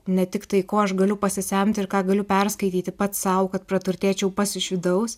ne tik tai ko aš galiu pasisemti ir ką galiu perskaityti pats sau kad praturtėčiau pats iš vidaus